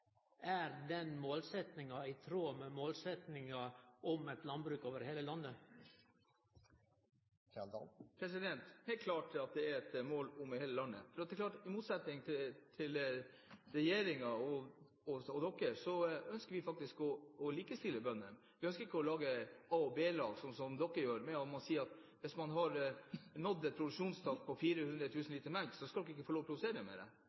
Er den målsetjinga i tråd med målsetjinga om eit landbruk over heile landet? Det er klart at det er et mål med landbruk over hele landet. I motsetning til regjeringen og dere ønsker vi faktisk å likestille bøndene. Vi ønsker ikke å lage et a- og b-lag, som dere gjør, ved å si at hvis man har nådd et produksjonstak på 400 000 liter melk, skal man ikke få lov til å produsere